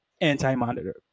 anti-monitor